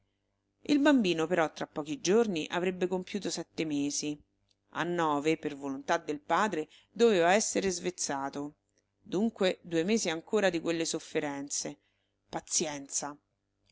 il bambino però tra pochi giorni avrebbe compiuto sette mesi a nove per volontà del padre doveva essere svezzato dunque due mesi ancora di quelle sofferenze pazienza